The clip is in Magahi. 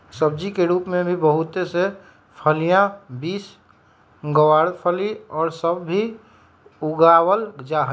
सब्जी के रूप में भी बहुत से फलियां, बींस, गवारफली और सब भी उगावल जाहई